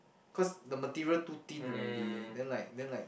cause the material too thin already then like then like